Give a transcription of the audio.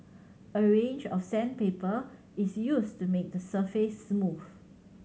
a range of sandpaper is used to make the surface smooth